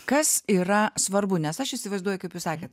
kas yra svarbu nes aš įsivaizduoju kaip jūs sakėt